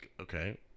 Okay